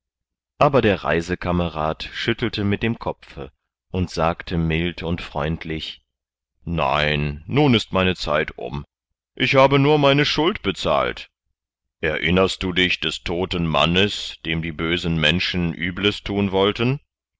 aber der reisekamerad schüttelte mit dem kopfe und sagte mild und freundlich nein nun ist meine zeit um ich habe nur meine schuld bezahlt erinnerst du dich des toten mannes dem die bösen menschen übles thun wollten